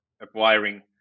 acquiring